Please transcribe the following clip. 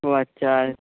ও আচ্ছা